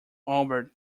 albert